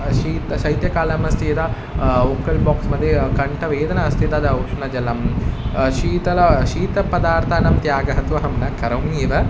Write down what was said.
शीत शैत्यकालमस्ति यदा वोकल् बाक्स्मध्ये कण्ठवेदना अस्ति तदा उष्णजलं शीतल शीतल पदार्थानां त्यागः तु अहं न करोमि एव